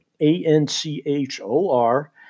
A-N-C-H-O-R